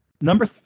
Number